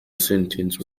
sentence